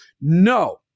No